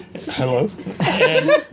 Hello